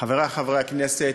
חברי חברי הכנסת,